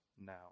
now